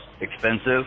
expensive